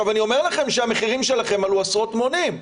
אני אומר לכם שהמחירים שלכם עלו עשרות מונים.